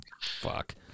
Fuck